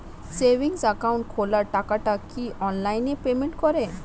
Savings account খোলা টাকাটা কি অনলাইনে পেমেন্ট করে?